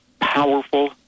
powerful